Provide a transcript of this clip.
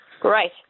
Great